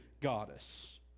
goddess